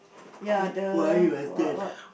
ya the what what